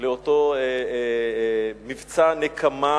לאותו מבצע נקמה.